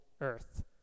earth